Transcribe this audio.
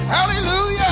Hallelujah